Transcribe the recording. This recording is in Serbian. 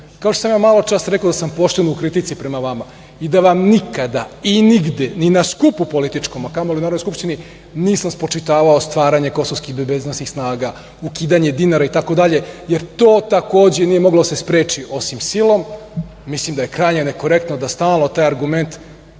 Kao što sam ja maločas rekao da sam pošten u kritici prema vama i da vam nikada i nigde ni na političkom skupu, a kamoli u Narodnoj skupštini nisam spočitavao stvaranje kosovskih bezbednosnih snaga, ukidanje dinara itd, jer to takođe nije moglo da se spreči osim silom mislim da je krajnje nekorektno da stalno taj argument